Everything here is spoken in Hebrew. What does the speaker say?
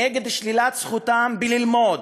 נגד שלילת זכותם ללמוד,